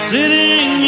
Sitting